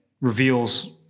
reveals